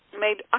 made